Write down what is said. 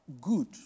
good